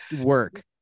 work